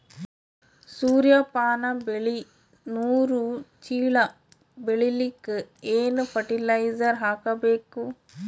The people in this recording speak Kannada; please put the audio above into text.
ಸೂರ್ಯಪಾನ ಬೆಳಿ ನೂರು ಚೀಳ ಬೆಳೆಲಿಕ ಏನ ಫರಟಿಲೈಜರ ಹಾಕಬೇಕು?